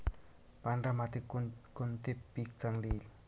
पांढऱ्या मातीत कोणकोणते पीक चांगले येईल?